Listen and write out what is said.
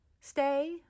stay